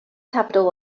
capital